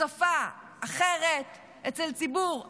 בשפה אחרת, אצל ציבור אחר,